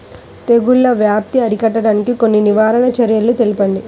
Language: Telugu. తెగుళ్ల వ్యాప్తి అరికట్టడానికి కొన్ని నివారణ చర్యలు తెలుపండి?